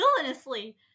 villainously